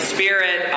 Spirit